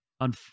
on